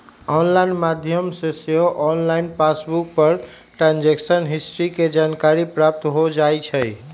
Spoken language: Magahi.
ऑनलाइन माध्यम से सेहो ऑनलाइन पासबुक पर ट्रांजैक्शन हिस्ट्री के जानकारी प्राप्त हो जाइ छइ